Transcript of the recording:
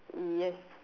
yes